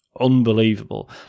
unbelievable